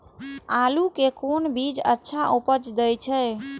आलू के कोन बीज अच्छा उपज दे छे?